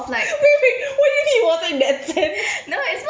wait wait what do you mean it wasn't in that sense